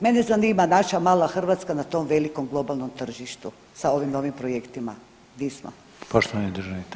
Mene zanima naša mala Hrvatska na tom velikom globalnom tržištu sa ovim novim projektima di smo.